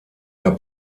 der